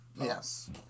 Yes